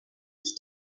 sich